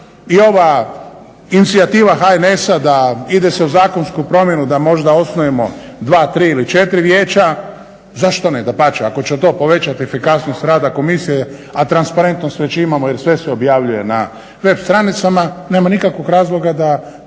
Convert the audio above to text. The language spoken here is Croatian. i ova inicijativa HNS-a da ide se u zakonsku promjenu da možda osnujemo 2, 3 ili 4 vijeća zašto ne? Dapače, ako će to povećati efikasnost rada komisije, a transparentnost već imamo jer sve se objavljuje na web stranicama nema nikakvog razloga da